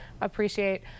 appreciate